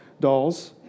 dolls